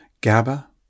GABA